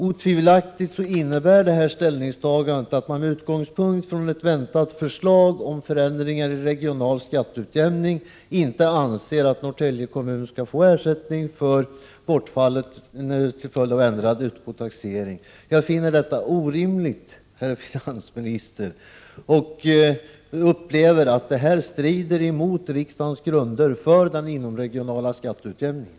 Otvivelaktigt innebär detta ställningstagande att man med utgångspunkt från ett väntat förslag om förändringar i regional skatteutjämning inte anser att Norrtälje kommun skall få ersättning för bortfallet till följd av ändrad utbotaxering. Jag finner detta orimligt, herr finansminister, och upplever att det strider mot vad som låg till grund för riksdagens beslut om den inomregionala skatteutjämningen.